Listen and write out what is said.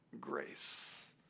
Grace